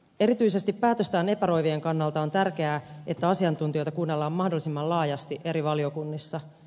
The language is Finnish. erityisesti päätöstään epäröivien kannalta on tärkeää että asiantuntijoita kuunnellaan mahdollisimman laajasti eri valiokunnissa